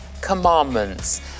Commandments